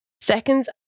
Seconds